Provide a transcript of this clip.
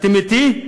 אתם אתי?